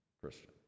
Christian